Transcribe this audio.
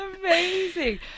amazing